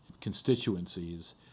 constituencies